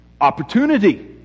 Opportunity